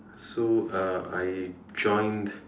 so uh I joined